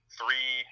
three